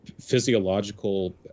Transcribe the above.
physiological